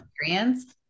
experience